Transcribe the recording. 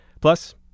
Plus